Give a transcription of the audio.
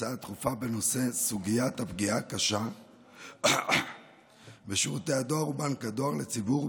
הצעה דחופה בנושא סוגיית הפגיעה קשה בשירותי הדואר ובנק הדואר לציבור,